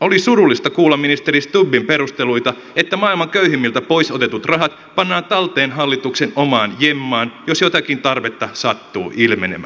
oli surullista kuulla ministeri stubbin perusteluita että maailman köyhimmiltä pois otetut rahat pannaan talteen hallituksen omaan jemmaan jos jotakin tarvetta sattuu ilmenemään